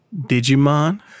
Digimon